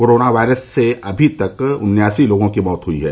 corona virus से अभी तक उन्यासी लोगों की मौत हुई है